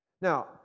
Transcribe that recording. Now